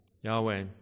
Yahweh